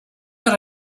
that